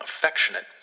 affectionate